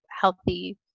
healthy